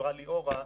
שדיברה ליאורה,